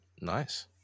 Nice